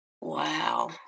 Wow